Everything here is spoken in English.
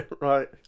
Right